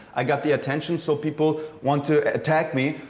i got the attention. so, people want to attack me,